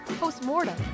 post-mortem